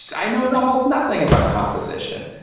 so i know know almost nothing about composition.